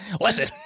listen